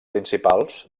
principals